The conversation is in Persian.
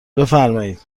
بفرمایید